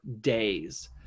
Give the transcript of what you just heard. days